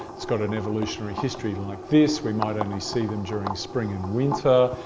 it's got an evolutionary history like this. we might only see them during spring and winter.